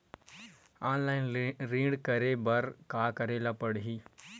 Online ऋण करे बर का करे ल पड़हि?